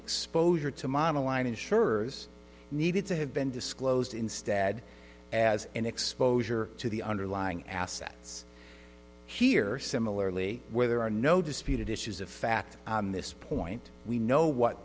exposure to model line insurers needed to have been disclosed instead as an exposure to the underlying assets here similarly where there are no disputed issues of fact this point we know what